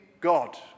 God